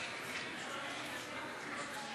הרווחה והבריאות להכנתה לקריאה ראשונה.